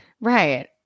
Right